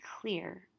clear